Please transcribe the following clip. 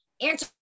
answer